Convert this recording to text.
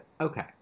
okay